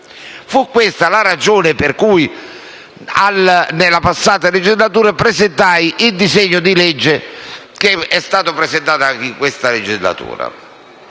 Fu questa la ragione per la quale, nella passata legislatura, presentai il disegno di legge che ho ripresentato anche in questa legislatura.